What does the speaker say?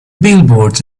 billboards